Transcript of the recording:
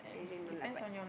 I don't know lah but